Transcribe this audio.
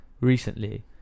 recently